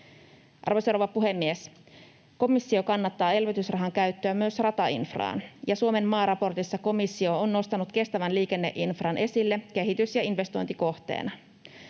rouva puhemies! Komissio kannattaa elvytysrahan käyttöä myös ratainfraan, ja Suomen maaraportissa komissio on nostanut kestävän liikenneinfran esille kehitys‑ ja investointikohteena.